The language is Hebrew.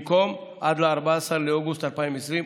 במקום עד 14 באוגוסט 2020,